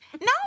No